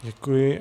Děkuji.